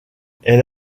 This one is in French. elle